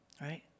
right